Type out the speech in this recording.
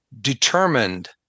determined